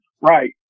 Right